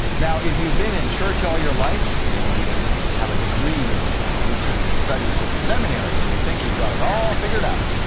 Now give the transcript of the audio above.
now, if you've been in church all your life, maybe even have a degree in new testament studies from a seminary and you think you've got it all figured out,